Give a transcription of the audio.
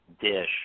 dish